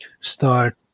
start